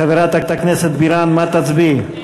חברת הכנסת בירן, מה תצביעי?